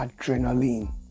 adrenaline